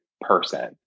person